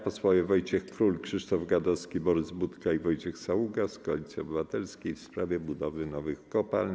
Posłowie Wojciech Król, Krzysztof Gadowski, Borys Budka i Wojciech Saługa z Koalicji Obywatelskiej w sprawie budowy nowych kopalń.